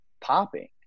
popping